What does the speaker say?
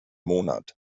monat